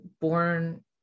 born